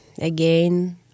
again